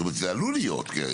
זאת אומרת, זה עלול להיות, כן?